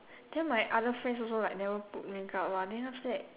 then my other friends also like never put makeup one then after that